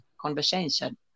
conversation